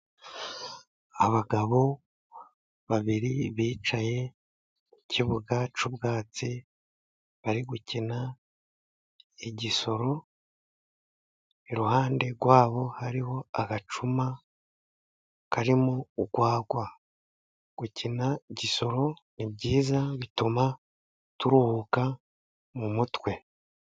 Abagabo babiri bicaye ku kibuga cy'ubwatsi, bari gukina igisoro, iruhande rwabo hariho agacuma karimo urwagwa. Gukina igisoro ni byiza, bituma turuhuka mu mutwe.